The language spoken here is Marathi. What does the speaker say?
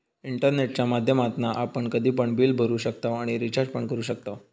इंटरनेटच्या माध्यमातना आपण कधी पण बिल भरू शकताव आणि रिचार्ज पण करू शकताव